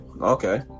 okay